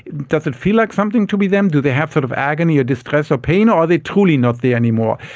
does it feel like something to be them, do they have sort of agony or distress or pain, or are they truly not there anymore?